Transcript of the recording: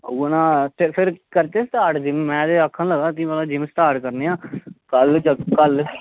ओह् फिर करचै स्टार्ट में ते आक्खा ना लग्गा की जिम स्टार्ट करने आं कल्ल